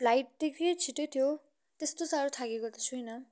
flight छिटै थियो त्यस्तो साह्रो थाकेको त छुइनँ